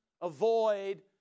avoid